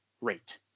rate